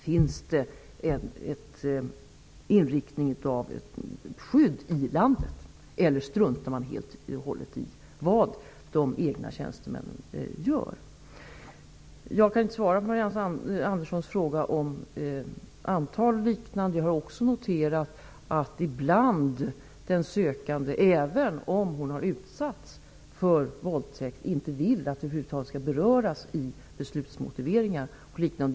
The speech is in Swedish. Finns det ett skydd i landet, eller struntar man helt och hållet i vad de egna tjänstemännen gör? Jag kan inte svara på Marianne Anderssons fråga om antalet fall. Jag har också noterat att den sökande ibland även om hon har utsatts för våldtäkt inte vill att det över huvud taget skall beröras i beslutsmotiveringar och liknande.